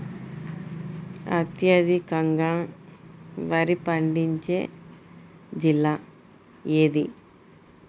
అత్యధికంగా వరి పండించే జిల్లా ఏది?